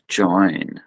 join